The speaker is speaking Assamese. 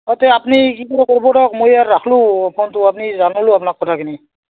অঁ তে আপুনি কি কৰে কৰিব দিয়ক মই আৰু ৰাখিলোঁ ফোনটো আপুনি জনালোঁ আপোনাক কথাখিনি